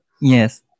Yes